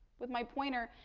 with my pointer,